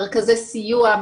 מרכזי סיוע,